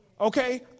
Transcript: okay